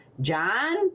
John